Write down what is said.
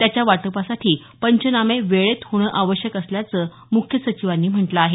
त्याच्या वाटपासाठी पंचनामे वेळेत होणे आवश्यक असल्याचं मुख्य सचिवांनी म्हटलं आहे